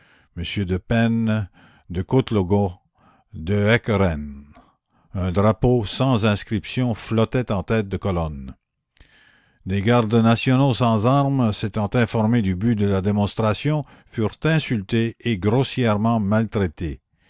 de pène de coetlogon de heckeren un drapeau sans inscription flottait en tête de colonne des gardes nationaux sans armes s'étant informés du but de la démonstration furent insultés et grossièrement maltraités